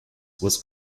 was